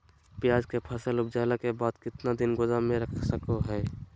प्याज के फसल उपजला के बाद कितना दिन गोदाम में रख सको हय?